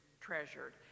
treasured